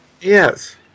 yes